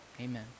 amen